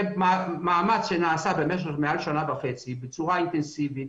זה מאמץ שנעשה מעל שנה וחצי בצורה אינטנסיבית,